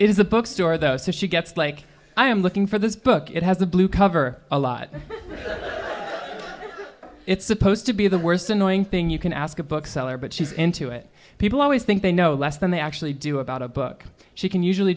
the bookstore though so she gets like i am looking for this book it has a blue cover a lot it's supposed to be the worst annoying thing you can ask a bookseller but she's into it people always think they know less than they actually do about a book she can usually